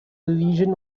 legion